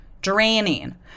draining